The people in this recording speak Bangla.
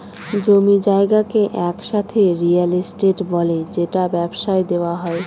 জমি জায়গাকে একসাথে রিয়েল এস্টেট বলে যেটা ব্যবসায় দেওয়া হয়